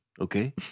Okay